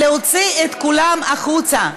להוציא את כולם החוצה.